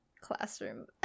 classroom